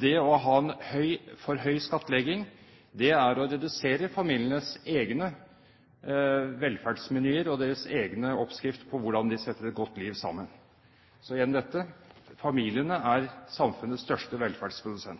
Det å ha en for høy skattlegging er å redusere familienes egne velferdsmenyer og deres egne oppskrifter på hvordan de setter et godt liv sammen. Så igjen dette: Familiene er samfunnets største